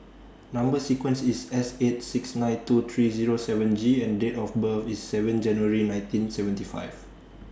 Number sequence IS S eight six nine two three Zero seven G and Date of birth IS seven January nineteen seventy five